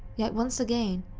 yet, once again,